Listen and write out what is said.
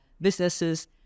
businesses